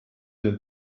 den